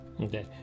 okay